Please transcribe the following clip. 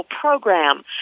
program